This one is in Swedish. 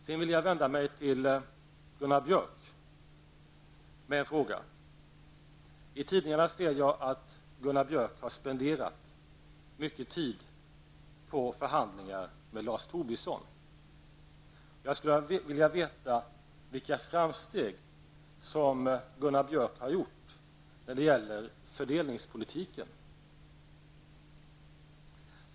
Sedan vill jag vända mig till Gunnar Björk med en fråga. I tidningarna ser jag att Gunnar Björk har spenderat mycket tid på förhandlingarna med Lars Jag skulle vilja veta vilka framsteg som Gunnar Björk har gjort i fråga om fördelningspolitiken.